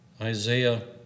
Isaiah